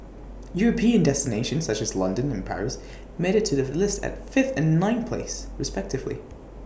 european destinations such as London and Paris made IT to the list at fifth and ninth place respectively